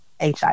HIV